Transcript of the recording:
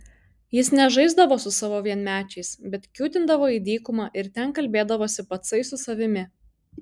jis nežaisdavo su savo vienmečiais bet kiūtindavo į dykumą ir ten kalbėdavosi patsai su savimi